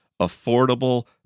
affordable